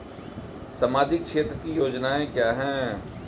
सामाजिक क्षेत्र की योजनाएं क्या हैं?